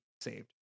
saved